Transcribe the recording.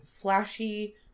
flashy